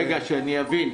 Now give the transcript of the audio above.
רגע, שאני אבין.